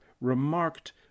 remarked